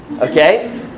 okay